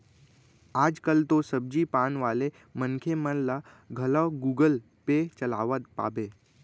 आज कल तो सब्जी पान वाले मनखे मन ल घलौ गुगल पे चलावत पाबे